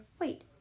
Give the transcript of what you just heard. wait